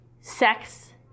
sex